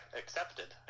accepted